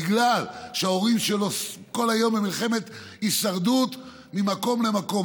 בגלל שההורים שלו כל היום במלחמת הישרדות ממקום למקום.